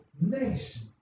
Nation